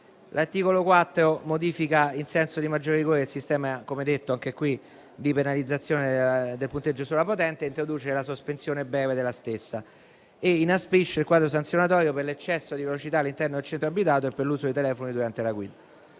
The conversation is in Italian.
L'articolo 4 modifica, rendendolo più rigoroso, il sistema di penalizzazione del punteggio sulla patente, introduce la sospensione breve della stessa e inasprisce il quadro sanzionatorio per l'eccesso di velocità all'interno del centro abitato e per l'uso dei telefoni durante la guida.